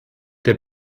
der